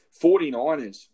49ers